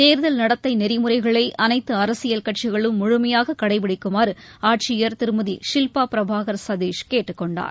தேர்தல் நடத்தை நெறிமுறைகளை அனைத்து அரசியல் கட்சிகளும் முழுமையாக கடைபிடிக்குமாறு ஆட்சியர் திருமதி ஷில்பா பிரபாகர் சதீஷ் கேட்டுக் கொண்டார்